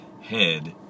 head